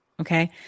Okay